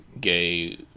gay